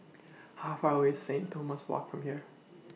How Far away Saint Thomas Walk from here